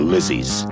Lizzie's